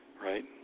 right